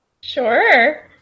Sure